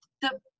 the-